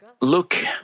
look